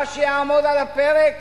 מה שיעמוד על הפרק